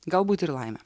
galbūt ir laimę